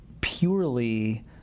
purely